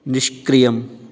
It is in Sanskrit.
निष्क्रियम्